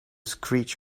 screech